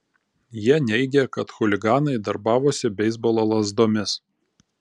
jie neigė kad chuliganai darbavosi beisbolo lazdomis